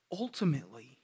Ultimately